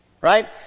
Right